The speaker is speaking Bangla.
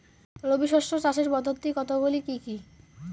রবি শস্য চাষের পদ্ধতি কতগুলি কি কি?